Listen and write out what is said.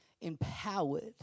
empowered